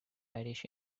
irish